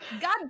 God